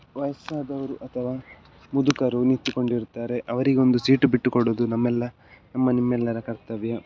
ವಯಸ್ಸಾದವರು ಅಥವಾ ಮುದುಕರು ನಿಂತುಕೊಂಡಿರುತ್ತಾರೆ ಅವರಿಗೊಂದು ಸೀಟು ಬಿಟ್ಟು ಕೊಡುವುದು ನಮ್ಮೆಲ್ಲ ನಮ್ಮ ನಿಮ್ಮಲ್ಲರ ಕರ್ತವ್ಯ